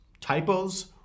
typos